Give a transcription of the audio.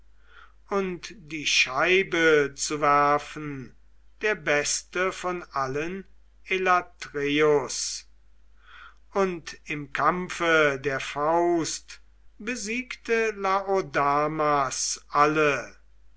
und die scheibe zu werfen der beste von allen elatreus und im kampfe der faust besiegte laodamas alle